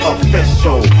Official